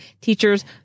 teachers